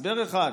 הסבר אחד,